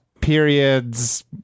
period's